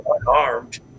unarmed